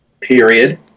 period